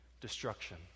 destruction